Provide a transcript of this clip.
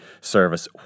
service